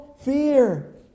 fear